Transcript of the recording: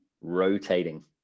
rotating